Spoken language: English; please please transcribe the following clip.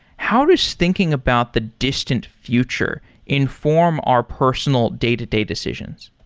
how does thinking about the distant future inform our personal day-to-day decisions?